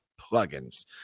plugins